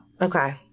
Okay